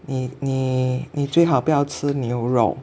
你你你最好不要吃牛肉